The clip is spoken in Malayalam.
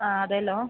ആ അതെല്ലോ